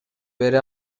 бере